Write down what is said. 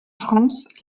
france